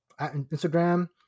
Instagram